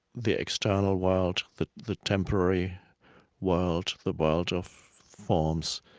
the external world, the the temporary world, the world of forms,